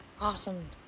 Awesome